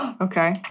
Okay